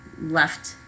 left